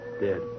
Dead